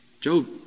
Job